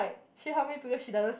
she help me because she doesn't see